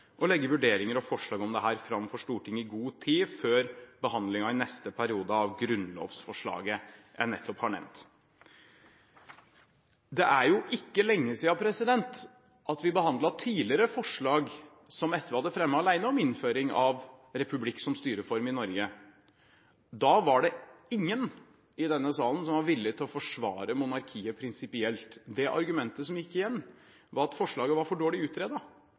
og legge vurderinger og forslag om dette fram for Stortinget i god tid før behandlingen – i neste periode – av grunnlovsforslaget jeg nettopp har nevnt. Det er ikke lenge siden vi behandlet tidligere forslag – som SV hadde fremmet alene – om innføring av republikk som styreform i Norge. Da var det ingen i denne salen som var villige til å forsvare monarkiet prinsipielt. Argumentet som gikk igjen, var at forslaget var for dårlig